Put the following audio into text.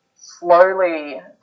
slowly